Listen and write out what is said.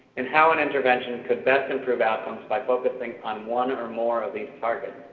and how an intervention could best improve outcomes by focusing on one or more of these targets.